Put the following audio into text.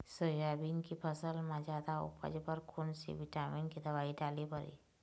Soybean के फसल म जादा उपज बर कोन से विटामिन के दवई डाले बर ये?